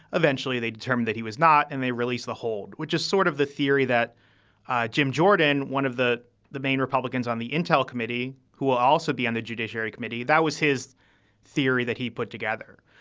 eventually, they determined that he was not. and they release the hold, which is sort of the theory that jim jordan, one of the the main republicans on the intel committee who will also be on the judiciary committee. that was his theory that he put together.